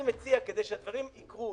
אני מציע כדי שהדברים יקרו,